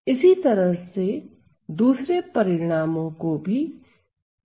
इसी तरह से दूसरे परिणामों तो भी सिद्ध किया जा सकता है